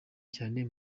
cyane